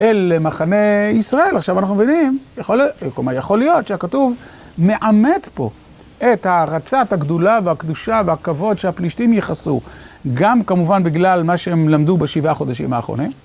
אל מחנה ישראל. עכשיו אנחנו מבינים, יכול להיות שכתוב, מאמת פה את הערצת הגדולה והקדושה והכבוד שהפלישתים ייחסו. גם כמובן בגלל מה שהם למדו בשבעה חודשים האחרונים.